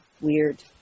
weird